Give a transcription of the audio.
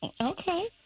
Okay